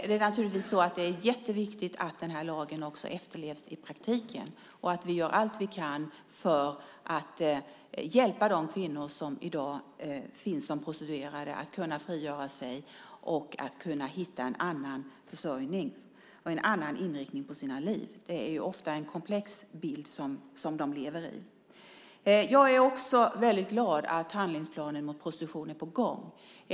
Det är naturligtvis jätteviktigt att lagen också efterlevs i praktiken och att vi gör allt vi kan för att hjälpa de kvinnor som i dag prostituerar sig att kunna frigöra sig och hitta en annan försörjning och en annan inriktning på sina liv. Bilden av det liv de lever är ju ofta komplex. Jag är också väldigt glad att handlingsplanen mot prostitution är på gång.